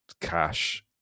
cash